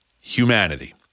humanity